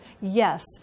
Yes